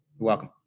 welcome.